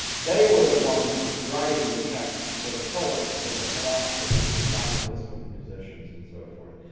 they were the ones writing the checks for the poets, for the philosophers, for the scientists, for the musicians and so forth.